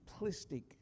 simplistic